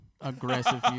aggressive